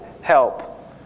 help